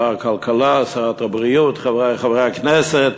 תודה, שר הכלכלה, שרת הבריאות, חברי חברי הכנסת,